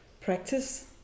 practice